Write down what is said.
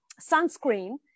sunscreen